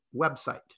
website